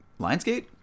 Lionsgate